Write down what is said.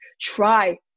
try